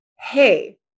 hey